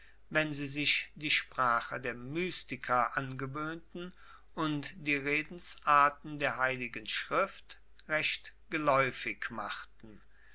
wenn sie sich die sprache der mystiker angewöhnten und die redensarten der heiligen schrift recht geläufig machten